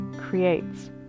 creates